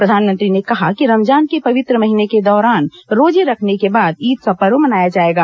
प्रधानमंत्री ने कहा कि रमजान के पवित्र महीने के दौरान रोजे रखने के बाद ईद का पर्व मनाया जाएगा